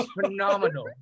phenomenal